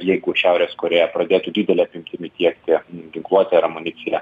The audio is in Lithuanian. jeigu šiaurės korėja pradėtų didele apimtimi tiekti ginkluotę ir amuniciją